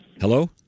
Hello